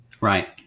Right